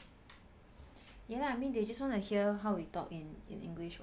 ya lah I mean they just wanna hear how we talk in English in English [what]